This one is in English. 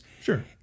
Sure